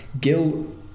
Gil